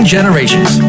Generations